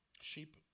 Sheep